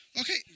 Okay